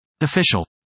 Official